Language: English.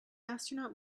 astronaut